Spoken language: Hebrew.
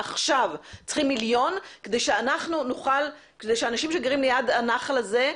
עכשיו צריכים מיליון כדי שהאנשים שגרים ליד הנחל הזה,